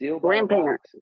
Grandparents